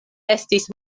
estis